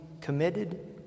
committed